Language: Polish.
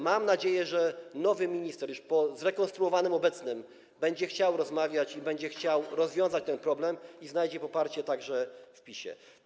Mam nadzieję, że nowy minister, już po „zrekonstruowanym” obecnym, będzie chciał rozmawiać, będzie chciał rozwiązać ten problem i znajdzie poparcie także w PiS-ie.